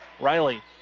Riley